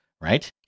right